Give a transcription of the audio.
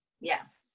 Yes